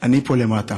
אני פה למטה